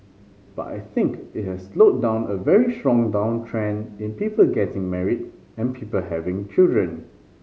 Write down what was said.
but I think it has slowed down a very strong downtrend in people getting married and people having children